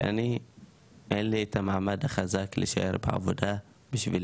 כי אני אין לי את המעמד החזק להישאר בעבודה בשביל